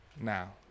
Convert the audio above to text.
Now